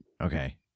Okay